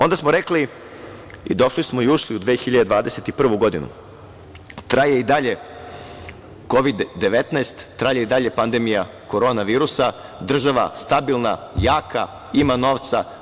Onda smo rekli, došli smo i ušli u 2021. godinu, traje i dalje Kovid-19, traje i dalje pandemija korona virusa, država stabilna, jaka, ima novca.